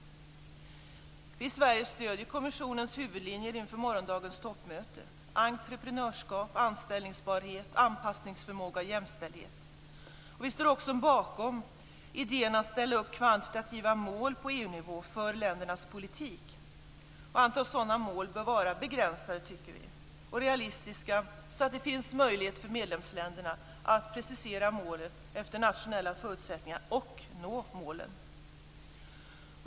Vi i Sverige stöder kommissionens huvudlinjer inför morgondagens toppmöte: entreprenörskap, anställningsbarhet, anpassningsförmåga och jämställdhet. Vi står också bakom idén att ställa upp kvantitativa mål på EU-nivå för ländernas politik. Antalet sådana mål bör vara begränsat, tycker vi. De bör också vara realistiska så att det finns möjlighet för medlemsländerna att precisera målen efter nationella förutsättningar och att nå målen.